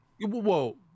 Whoa